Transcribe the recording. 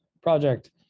project